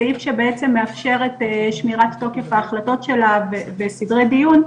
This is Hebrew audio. הסעיף שמאפשר את שמירת תוקף ההחלטות שלה וסדרי דיון,